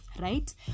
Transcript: right